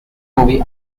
movie